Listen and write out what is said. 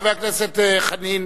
חבר הכנסת חנין,